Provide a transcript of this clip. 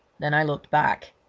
then i looked back.